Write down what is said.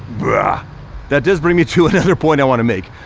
ah that does bring me to another point i wanna make.